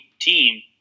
team